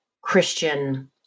Christian